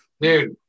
dude